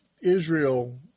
Israel